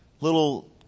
little